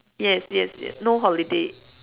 yes yes yes no holiday